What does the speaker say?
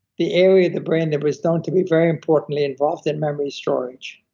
the area of the brain that was known to be very importantly involved in memory storage,